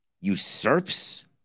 usurps